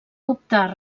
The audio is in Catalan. optar